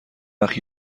وقت